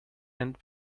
and